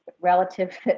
relative